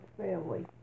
family